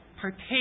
partake